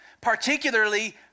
particularly